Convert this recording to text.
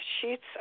sheets